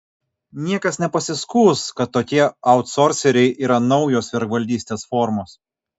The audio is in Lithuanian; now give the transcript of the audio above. niekas nepasiskųs kad tokie autsorseriai yra naujos vergvaldystės formos